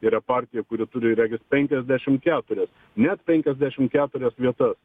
yra partija kuri turi regis penkiasdešim keturias net penkiasdešim keturias vietas